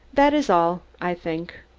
that is all, i think.